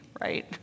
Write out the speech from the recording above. right